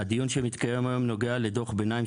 הדיון שמתקיים היום נוגע לדוח ביניים,